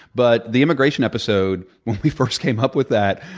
but the immigration episode, when we first came up with that,